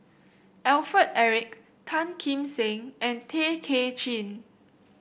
Alfred Eric Tan Kim Seng and Tay Kay Chin